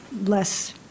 less